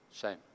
Shame